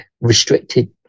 restricted